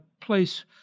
place